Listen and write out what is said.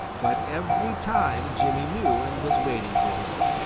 but every time jimmy knew and was waiting for him.